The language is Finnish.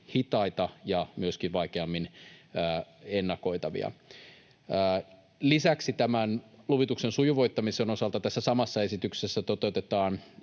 hitaita ja myöskin vaikeammin ennakoitavia. Lisäksi tämän luvituksen sujuvoittamisen osalta tässä samassa esityksessä toteutetaan